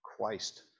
Christ